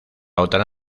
otra